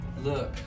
Look